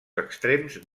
extrems